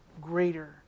greater